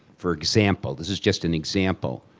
for example. this is just an example.